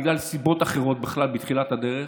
בגלל סיבות אחרות בכלל בתחילת הדרך,